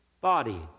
body